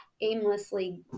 aimlessly